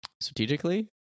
strategically